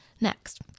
next